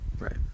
right